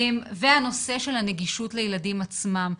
והנושא של הנגישות לילדים עצמם.